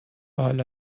حالا